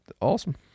Awesome